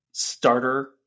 starter